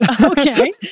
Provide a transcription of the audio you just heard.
Okay